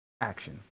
action